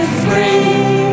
free